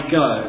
go